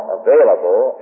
available